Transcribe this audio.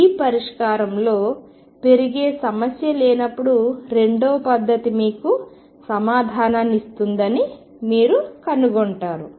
ఈ పరిష్కారంలో పెరిగే సమస్య లేనప్పుడు రెండవ పద్ధతి మీకు సమాధానాన్ని ఇస్తుందని మీరు కనుగొంటారు